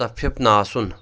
مُتَفِف نہٕ آسُن